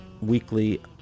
weekly